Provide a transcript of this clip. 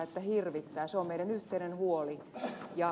se on meidän yhteinen huolemme